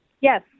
Yes